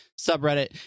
subreddit